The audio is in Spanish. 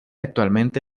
actualmente